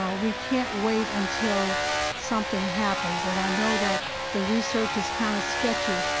ah we can't wait until something happens. and i know that the research is kind of sketchy,